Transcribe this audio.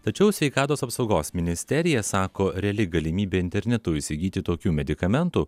tačiau sveikatos apsaugos ministerija sako reali galimybė internetu įsigyti tokių medikamentų